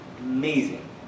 amazing